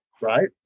right